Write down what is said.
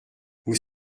vous